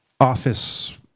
office